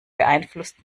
beeinflusst